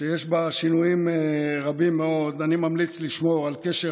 שיש בה שינויים רבים מאוד אני ממליץ מאוד לשמור על קשר